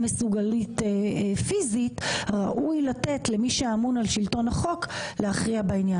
מסוגלות פיזית ראוי לתת למי שאמון על שלטון החוק להכריע בעניין הזה.